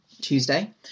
Tuesday